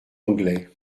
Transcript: anglais